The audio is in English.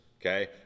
Okay